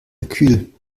kalkül